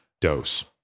dose